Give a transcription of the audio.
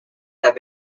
have